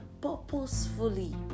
purposefully